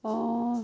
অঁ